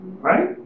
Right